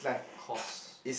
Cos